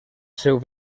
seu